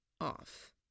off